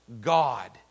God